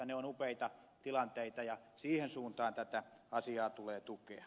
ne ovat upeita tilanteita ja siihen suuntaan tätä asiaa tulee tukea